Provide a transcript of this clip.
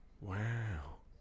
Wow